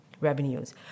revenues